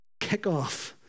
kickoff